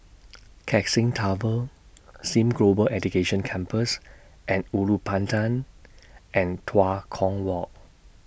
Keck Seng Tower SIM Global Education Campus and Ulu Pandan and Tua Kong Walk